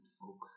folk